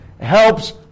helps